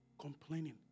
complaining